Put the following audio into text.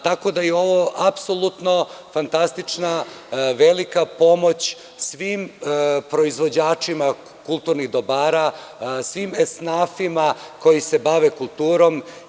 Tako da je ovo apsolutno fantastična, velika pomoć svim proizvođačima kulturnih dobara, svim esnafima koji se bave kulturom.